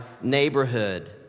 neighborhood